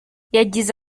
yagize